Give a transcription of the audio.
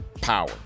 power